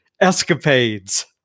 escapades